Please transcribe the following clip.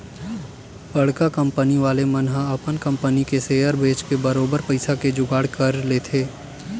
बड़का कंपनी वाले मन ह अपन कंपनी के सेयर बेंच के बरोबर पइसा के जुगाड़ कर लेथे